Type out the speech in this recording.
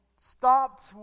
stopped